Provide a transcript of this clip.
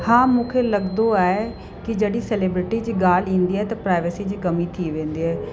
हा मूंखे लॻंदो आहे की जॾहिं सेलिब्रिटी जी ॻाल्हि ईंदी आहे त प्राइवेसी जी कमी थी वेंदी आहे